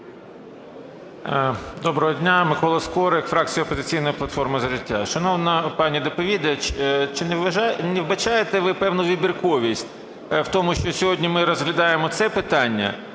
Доброго дня! Микола Скорик, фракція "Опозиційна платформа – За життя". Шановна пані доповідач, чи не вбачаєте ви певну вибірковість в тому, що сьогодні ми розглядаємо це питання,